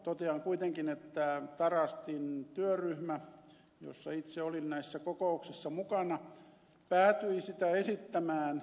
totean kuitenkin että tarastin työryhmä jonka kokouksissa itse olin mukana päätyi sitä esittämään